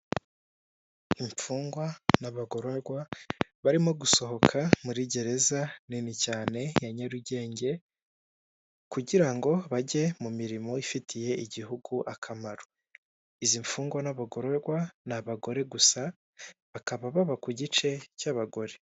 Imfungwa n'abagororwa barimo gusohoka muri gereza nini cyane ya Nyarugenge, kugira ngo bajye mu mirimo ifitiye igihugu akamaro. Izi mfungwa n'abagororwa ni abagore gusa, bakaba baba ku gice cy'abagore.